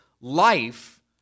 life